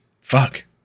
fuck